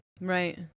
Right